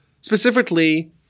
specifically